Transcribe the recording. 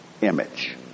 image